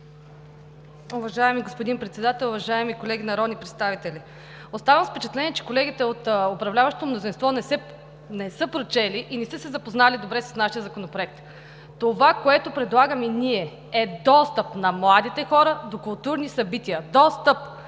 Уважаеми господин Председател, уважаеми колеги народни представители! Оставам с впечатление, че колегите от управляващото мнозинство не са прочели и не са се запознали добре с нашия законопроект. Това, което предлагаме ние, е достъп на младите хора до културни събития. Достъп!